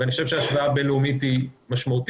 אני חושב שהשוואה בין-לאומית היא משמעותית,